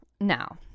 Now